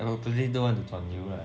I purposely don't want to 转油